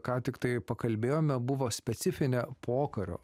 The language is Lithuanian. ką tik tai pakalbėjome buvo specifine pokario